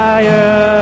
Fire